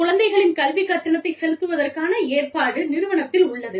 குழந்தைகளின் கல்விக் கட்டணத்தை செலுத்துவதற்கான ஏற்பாடு நிறுவனத்தில் உள்ளது